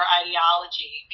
ideology